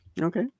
Okay